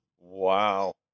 Wow